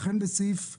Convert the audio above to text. לכן בסעיף (13),